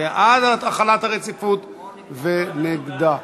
החלת הרציפות ונגדה.